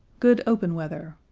good open weather,